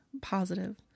Positive